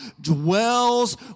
dwells